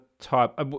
type